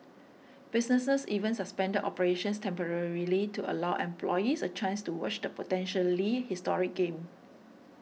businesses even suspended operations temporarily to allow employees a chance to watch the potentially historic game